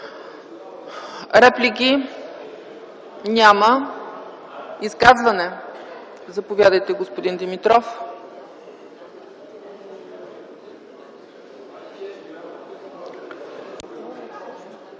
Реплики? Няма. Изказвания? Заповядайте, господин Димитров.